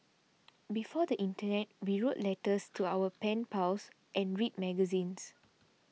before the internet we wrote letters to our pen pals and read magazines